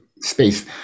space